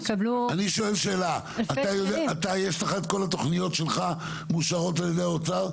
יש לך את כל התוכניות שלך מאושרות על ידי האוצר?